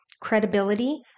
credibility